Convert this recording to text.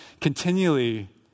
continually